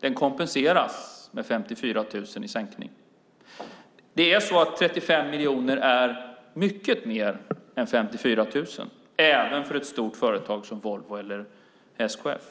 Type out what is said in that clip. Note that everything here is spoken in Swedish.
Den kompenseras med 54 000 i sänkning. 35 miljoner är mycket mer än 54 000 även för ett stort företag som Volvo eller SKF.